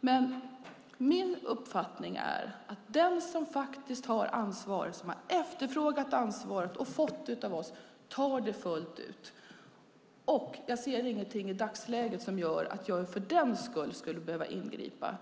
Men min uppfattning är att den som faktiskt har ansvaret, den som har efterfrågat och som har fått ansvaret av oss, tar det fullt ut. Jag ser ingenting i dagsläget som gör att jag för den skull skulle behöva ingripa.